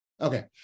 Okay